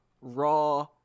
Raw